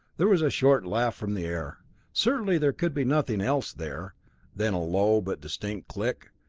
there was a short laugh from the air certainly there could be nothing else there then a low but distinct click,